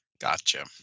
gotcha